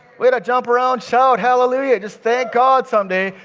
we're to jump around shout, hallelujah! just thank god someday.